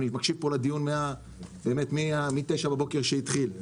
אני מקשיב לדיון מ-9 בבוקר כשהוא התחיל.